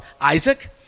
Isaac